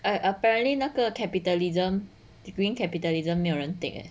apparently 那个 capitalism the green capitalism 没有人 take eh